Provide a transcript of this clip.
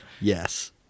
Yes